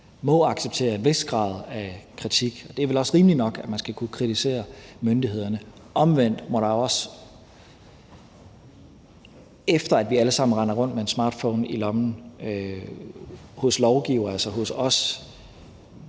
må acceptere en vis grad af kritik. Og det er vel også rimeligt nok, at man skal kunne kritisere myndighederne. Omvendt må der jo også, eftersom vi alle sammen render rundt med en smartphone i lommen, være en forpligtigelse hos os